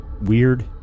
weird